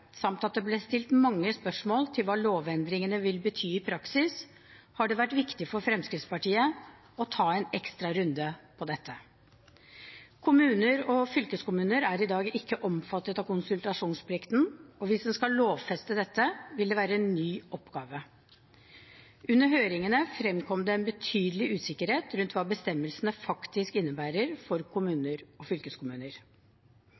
samt at det ble stilt mange spørsmål om hva lovendringene vil bety i praksis, har det vært viktig for Fremskrittspartiet å ta en ekstra runde på dette. Kommuner og fylkeskommuner er i dag ikke omfattet av konsultasjonsplikten, og hvis en skal lovfeste dette, vil det være en ny oppgave. Under høringene fremkom det en betydelig usikkerhet rundt hva bestemmelsene faktisk innebærer for